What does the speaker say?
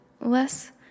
less